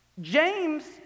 James